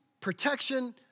protection